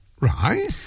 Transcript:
Right